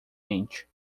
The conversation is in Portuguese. mente